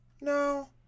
No